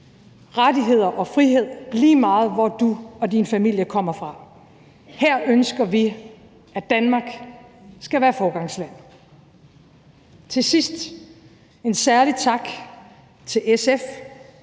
rettigheder og frihed, lige meget hvor du og din familie kommer fra. Her ønsker vi, at Danmark skal være et foregangsland. Kl. 12:45 Til sidst vil jeg